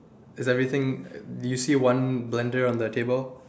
is everything do you see one blender on the table